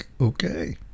okay